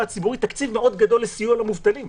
הציבורית תקציב גדול מאוד לסיוע למובטלים,